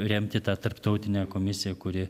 remti tą tarptautinę komisiją kuri